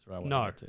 No